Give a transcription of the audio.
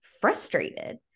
frustrated